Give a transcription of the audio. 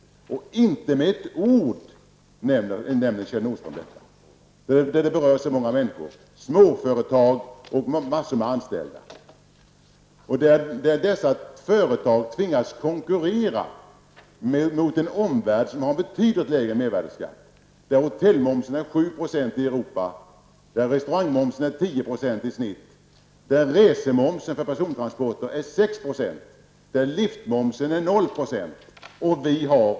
Men inte med ett ord nämner Kjell Nordström detta, trots att det berör så många människor, småföretag och en mängd anställda. Och dessa företag tvingas konkurrera med en omvärld som har en betydligt lägre mervärdeskatt. Hotellmomsen i Europa är Men i Sverige är momsen 25 % på allt detta.